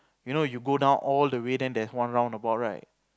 you know you go down all the way then there's one roundabout right